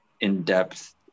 in-depth